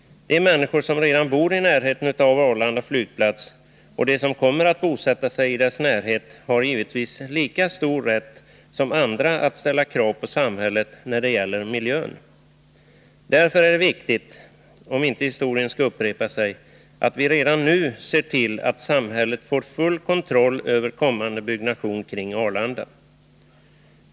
De människor som redan bor i närheten av Arlanda flygplats och de som kommer att bosätta sig i dess närhet har givetvis lika stor rätt som andra att ställa krav på samhället när det gäller miljön. Därför är det viktigt — om historien inte skall upprepa sig — att vi redan nu ser till att samhället får full kontroll över kommande byggnation kring Arlanda.